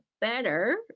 better